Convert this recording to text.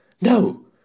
no